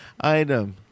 item